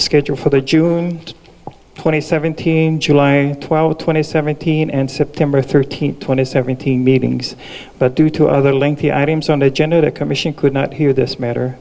schedule for the june twenty seventh team july twelve twenty seventeen and september thirteenth two thousand and seventeen meetings but due to other lengthy items on the agenda the commission could not hear this matter